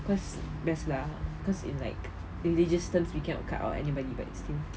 cause biasalah cause in like in religious terms we cannot cut out anybody but still